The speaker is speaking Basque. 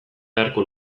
beharko